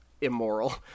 immoral